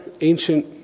ancient